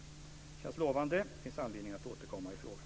Det känns lovande, och det finns anledning att återkomma i frågan.